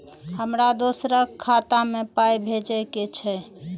हमरा दोसराक खाता मे पाय भेजे के छै?